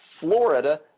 Florida